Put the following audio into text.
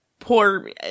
poor